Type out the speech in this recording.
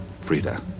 Frida